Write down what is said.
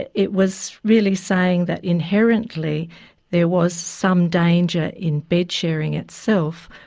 it it was really saying that inherently there was some danger in bedsharing itself,